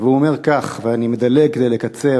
והוא אומר כך, ואני מדלג כדי לקצר,